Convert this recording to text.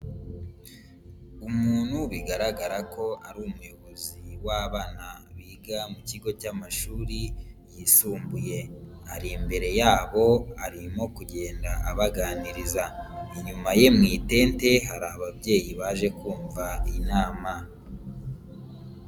Umuntu bigaragara ko ari umuyobozi w'abana biga mu kigo cy'amashuri yisumbuye, ari imbere yabo arimo kugenda abaganiriza, inyuma ye mu itente hari ababyeyi baje kumva inama.